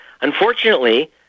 Unfortunately